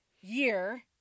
year